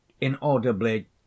inaudibly